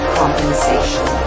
compensation